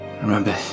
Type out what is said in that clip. remember